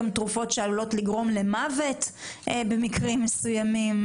יש גם תרופות שעלולות לגרום למוות במקרים מסוימים,